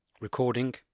Recording